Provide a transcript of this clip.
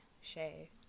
shay